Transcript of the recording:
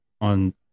on